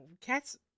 cats